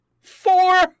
Four